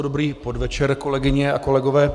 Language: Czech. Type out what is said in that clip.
Dobrý podvečer, kolegyně a kolegové.